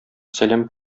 сәлам